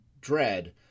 dread